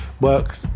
work